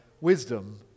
wisdom